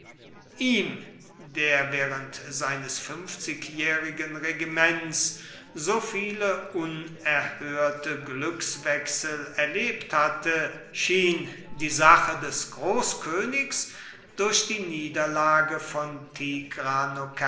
ihm der während seines fünfzigjährigen regiments so viele unerhörte glückswechsel erlebt hatte schien die sache des großkönigs durch die niederlage von